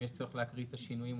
אם יש צורך להקריא את השינויים,